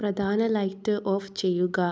പ്രധാന light off ചെയ്യുക